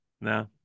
No